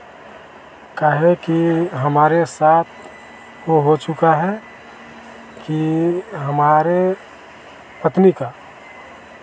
काहे कि हमारे साथ वो हो चुका है कि हमारे पत्नी का